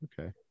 okay